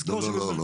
לא, לא.